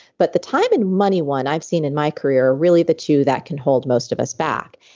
but the time and money one i've seen in my career are really the two that can hold most of us back.